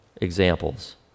examples